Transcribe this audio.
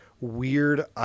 weird